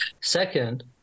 Second